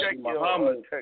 Muhammad